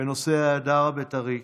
בנושא ההדר הבית"רי: